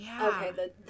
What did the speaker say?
okay